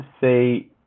say